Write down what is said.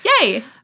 Yay